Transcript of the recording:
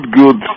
good